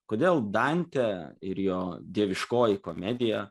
kodėl dante ir jo dieviškoji komedija